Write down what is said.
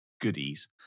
goodies